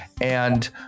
And-